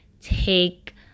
take